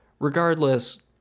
Regardless